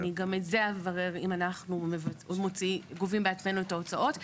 אני גם את זה אברר אם אנחנו גובים בעצמנו את ההוצאות.